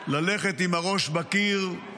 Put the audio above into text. ללכת עם הראש בקיר,